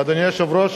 אדוני היושב-ראש,